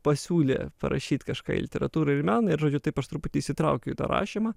pasiūlė parašyt kažką į literatūrą ir meną ir žodžiu taip aš truputį įsitraukiau į tą rašymą